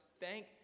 Thank